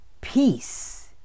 peace